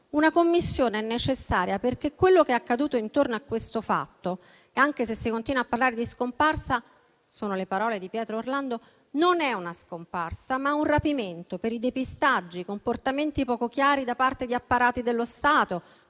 una Commissione è necessaria perché quello che è accaduto intorno a questo fatto, anche se si continua a parlare di scomparsa - sono le parole di Pietro Orlandi - non è una scomparsa ma un rapimento, per i depistaggi e i comportamenti poco chiari da parte di apparati dello Stato,